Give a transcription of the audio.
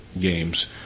games